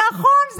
נכון,